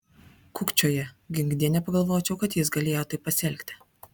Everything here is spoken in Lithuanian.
kukčioja ginkdie nepagalvočiau kad jis galėjo taip pasielgti